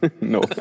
no